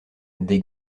des